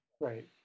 right